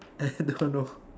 I don't know